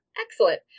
Excellent